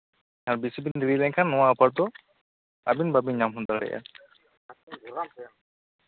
ᱵᱮᱥᱤ ᱵᱤᱱ ᱫᱮᱨᱤ ᱞᱮᱱᱠᱷᱟᱱ ᱱᱚᱣᱟ ᱚᱯᱷᱟᱨ ᱫᱚ ᱟᱵᱤᱱ ᱵᱟᱵᱤᱱ ᱧᱟᱢ ᱦᱚᱫ ᱫᱟᱲᱮᱭᱟᱜᱼᱟ